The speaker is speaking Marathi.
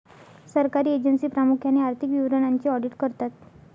सरकारी एजन्सी प्रामुख्याने आर्थिक विवरणांचे ऑडिट करतात